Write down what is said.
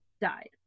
died